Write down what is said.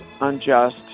unjust